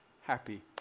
happy